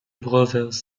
brothers